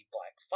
Black